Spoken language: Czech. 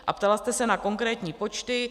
A ptala jste se na konkrétní počty.